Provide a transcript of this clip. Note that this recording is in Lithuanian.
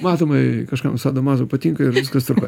matomai kažkam sado mazo patinka ir viskas tvarkoj